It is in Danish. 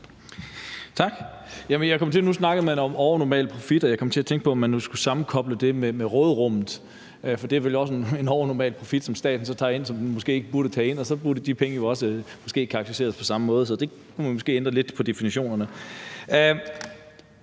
Tak. Nu snakkede man om overnormal profit, og jeg kom til at tænke på, om man nu skulle sammenkoble det med råderummet, for det er vel også en overnormal profit, som staten så tager ind, og som den så måske ikke burde tage ind, og så burde de penge jo måske også karakteriseres på samme måde. Så der kunne man måske ændre lidt på definitionerne.